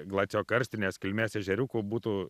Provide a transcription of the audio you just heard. glaciokarstinės kilmės ežeriukų būtų